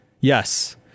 Yes